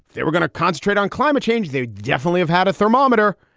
they were gonna concentrate on climate change. they definitely have had a thermometer,